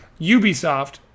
Ubisoft